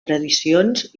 tradicions